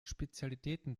spezialitäten